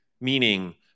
meaning –